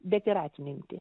bet ir atmintį